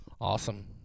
Awesome